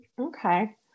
Okay